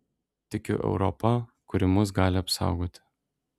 tikiu europa kuri mus gali apsaugoti